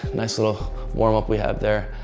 nice little warmup we had there.